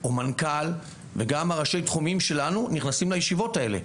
או מנכ"ל וגם ראשי התחומים שלנו נכנסים לישיבות האלה.